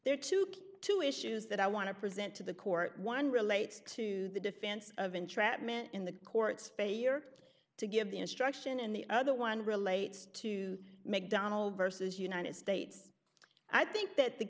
there to get to issues that i want to present to the court one relates to the defense of entrapment in the court's failure to give the instruction and the other one relates to mcdonald's versus united states i think that the